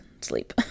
sleep